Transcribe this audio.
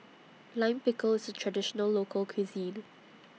Lime Pickle IS A Traditional Local Cuisine